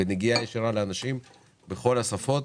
בנגיעה ישירה לאנשים בכל השפות,